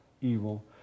evil